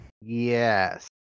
Yes